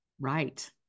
Right